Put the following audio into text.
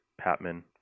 Patman